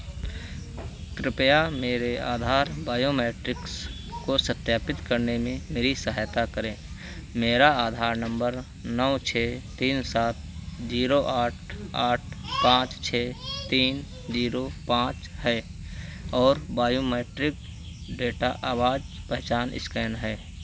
कृपया मेरे आधार बायोमेट्रिक्स को सत्यापित करने में मेरी सहायता करें मेरा आधार नंबर नौ छः तीन सात जीरो आठ आठ पाँच छः तीन जीरो पाँच है और बायोमेट्रिक डेटा आवाज़ पहचान स्कैन है